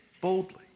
boldly